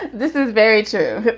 this is very true.